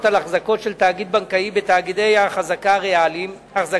על החזקות של תאגיד בנקאי בתאגידי החזקה ריאליים,